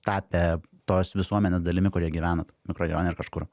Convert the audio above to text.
tapę tos visuomenės dalimi kurie gyvena mikrorajone ar kažkur